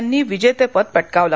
यांनी विजेतेपद पटकावलं